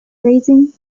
grazing